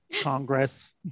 Congress